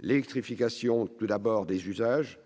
l'électrification des usages,